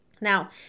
now